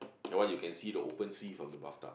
that one you can see the open sea from the bathtub